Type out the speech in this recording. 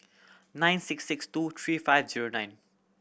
nine six six two three five zero nine